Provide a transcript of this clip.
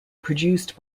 produced